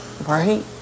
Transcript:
Right